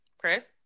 Chris